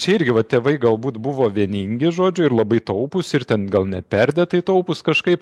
čia irgi va tėvai galbūt buvo vieningi žodžiu ir labai taupūs ir ten gal ne perdėtai taupūs kažkaip